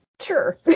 Sure